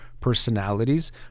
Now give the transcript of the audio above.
personalities